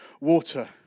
water